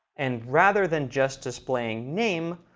and rather than just displaying name,